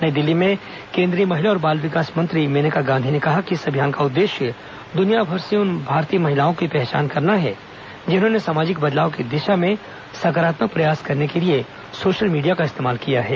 नई दिल्ली में केंद्रीय महिला और बाल विकास मंत्री मेनका गांधी ने कहा कि इस अभियान का उद्देश्य दुनिया भर से उन भारतीय महिलाओं की पहचान करना है जिन्होंने सामाजिक बदलाव की दिशा में सकारात्मक प्रयास करने के लिए सोशल मीडिया का इस्तेमाल किया है